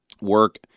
work